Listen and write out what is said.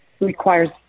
requires